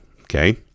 okay